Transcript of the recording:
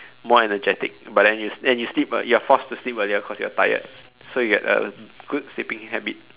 more energetic but then you and you sleep early you are forced to sleep earlier cause you are tired so you get a good sleeping habit